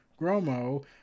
Gromo